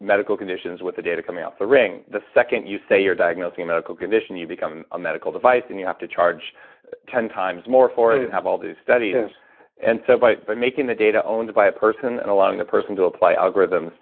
medical conditions with the data coming off the ring, the second you say you're diagnosing a medical condition, you become a medical device and you have to charge ten times more for it, and have all these studies and so by by making the data owned by a person, and allowing the person to apply algorithms,